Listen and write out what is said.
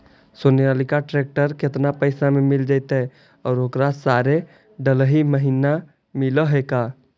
Sonalika tractor केतना पैसा में मिल जइतै और ओकरा सारे डलाहि महिना मिलअ है का?